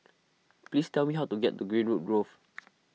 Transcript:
please tell me how to get to Greenwood Grove